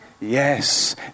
Yes